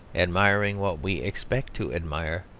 admiring what we expect to admire,